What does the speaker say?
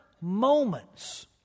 moments